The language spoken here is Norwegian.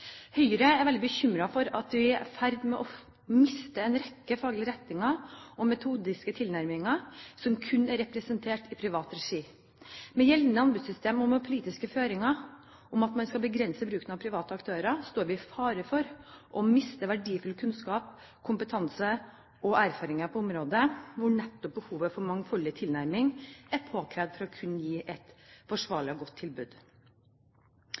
Høyre er veldig bekymret for at vi er i ferd med å miste en rekke faglige retninger og metodiske tilnærminger som kun er representert i privat regi. Med gjeldende anbudssystem og med politiske føringer om at man skal begrense bruken av private aktører, står vi i fare for å miste verdifull kunnskap, kompetanse og erfaring på områder hvor nettopp behovet for en mangfoldig tilnærming er påkrevd for å kunne gi et forsvarlig og godt tilbud.